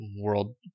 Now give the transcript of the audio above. world